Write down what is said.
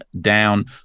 down